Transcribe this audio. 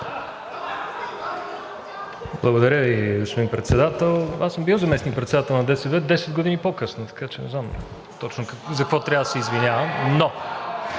Благодаря Ви, господин Председател. Бил съм заместник-председател на ДСБ – 10 години по-късно. Така че не знам точно за какво трябва да се извинявам.